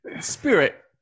Spirit